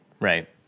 Right